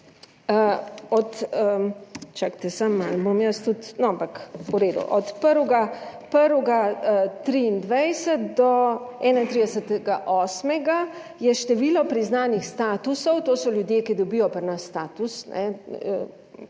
1. 2023 do 31. 8. je število priznanih statusov, to so ljudje, ki dobijo pri nas status,